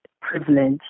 privilege